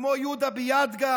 כמו יהודה ביאדגה,